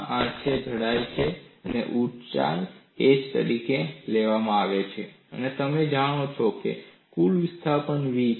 આ તે છે જે જાડાઈ છે અને ઊંચાઈ h તરીકે લેવામાં આવે છે અને તમે જાણો છો કે કુલ વિસ્થાપન v છે